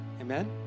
amen